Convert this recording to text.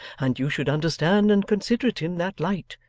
and you should understand and consider it in that light.